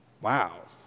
Wow